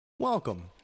Welcome